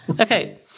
Okay